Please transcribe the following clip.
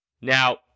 Now